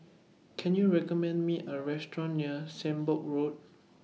Can YOU recommend Me A Restaurant near Sembong Road